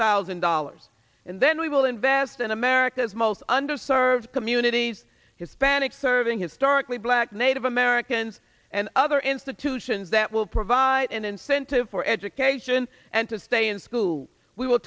thousand dollars and then we will invest in america's most underserved communities hispanic serving historically blah native americans and other institutions that will provide an incentive for education and to stay in school we w